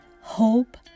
hope